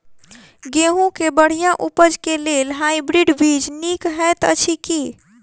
गेंहूँ केँ बढ़िया उपज केँ लेल हाइब्रिड बीज नीक हएत अछि की?